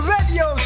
Radio